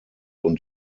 und